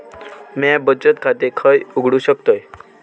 म्या बचत खाते खय उघडू शकतय?